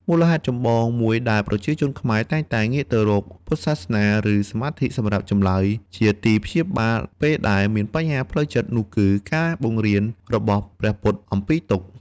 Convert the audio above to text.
មូលហេតុចម្បងមួយដែរជាប្រជាជនខ្មែរ តែងតែ ងាកទៅរកពុទ្ធសាសនាឬសមាធិសម្រាប់ចម្លើយ ជាទីព្យាបាលពេលដែលមានបញ្ហាផ្លូវចិត្តនោះគឺ ការបង្រៀនរបស់ព្រះពុទ្ធអំពីទុក្ខ ។